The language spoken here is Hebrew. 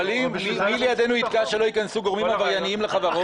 מי לידנו יתקע שלא ייכנסו גורמים עברייניים לחברות?